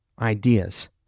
ideas